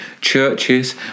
churches